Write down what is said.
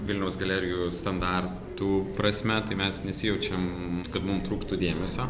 vilniaus galerijų standartų prasme tai mes nesijaučiam kad mum trūktų dėmesio